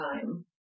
time